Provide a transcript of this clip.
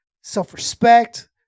self-respect